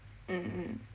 mm mm